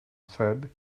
said